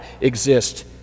exist